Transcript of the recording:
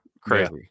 crazy